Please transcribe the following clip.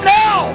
now